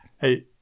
Hey